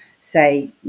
say